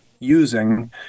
Using